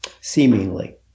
seemingly